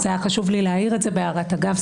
היה חשוב לי להעיר את זה בהערת אגב.